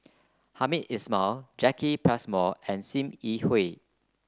Hamed Ismail Jacki Passmore and Sim Yi Hui